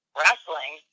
wrestling